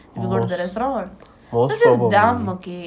most most probably